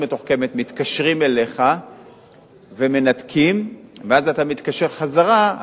מתקשרים אליך ומנתקים, ואז אתה מתקשר חזרה.